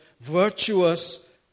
virtuous